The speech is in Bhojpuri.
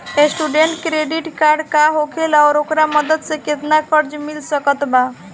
स्टूडेंट क्रेडिट कार्ड का होखेला और ओकरा मदद से केतना कर्जा मिल सकत बा?